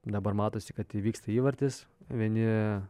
dabar matosi kad įvyksta įvartis vieni